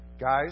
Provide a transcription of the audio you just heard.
Guys